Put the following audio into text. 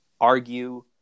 Argue